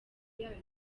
yayo